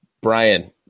Brian